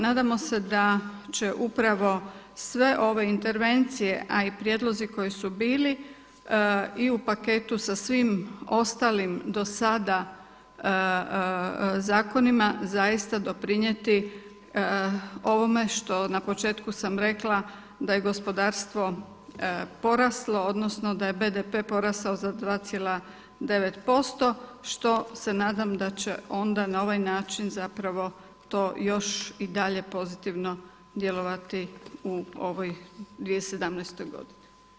Nadamo se da će upravo sve ove intervencije, a i prijedlozi koji su bili i u paketu sa svim ostalim do sada zakonima zaista doprinijeti ovome što na početku sam rekla da je gospodarstvo poraslo odnosno da je BDP porastao za 2,9 posto što se nadam da će onda na ovaj način zapravo još i dalje pozitivno djelovati u ovoj 2017. godini.